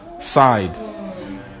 side